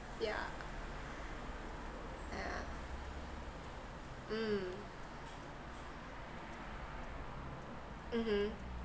yeah yeah mm mmhmm